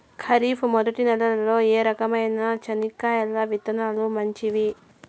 ఖరీఫ్ మొదటి నెల లో ఏ రకమైన చెనక్కాయ విత్తనాలు మంచివి